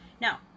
Now